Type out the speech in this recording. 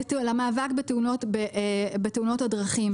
למאבק בתאונות הדרכים.